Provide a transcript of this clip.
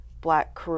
black